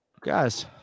guys